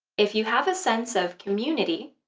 if you have a sense of community,